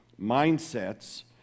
mindsets